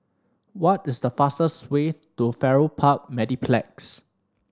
what is the fastest way to Farrer Park Mediplex